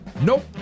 Nope